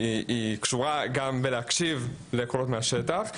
תלויה ביכולת גם להקשיב לקולות שעולים מהשטח,